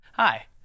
Hi